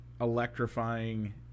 electrifying